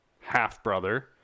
half-brother